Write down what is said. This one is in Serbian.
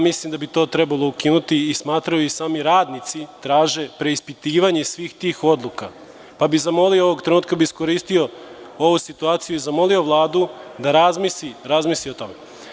Mislim da bi to trebalo ukinuti i smatraju i sami radnici, traže preispitivanje svih tih odluka, pa bih iskoristio ovu situaciju i zamolio Vladu da razmisli o tome.